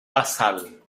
basal